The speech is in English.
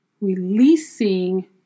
releasing